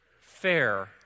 fair